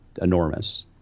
enormous